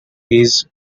his